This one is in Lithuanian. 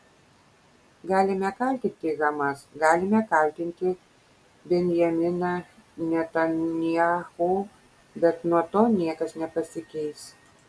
galime kaltinti hamas galime kaltinti benjaminą netanyahu bet nuo to niekas nepasikeis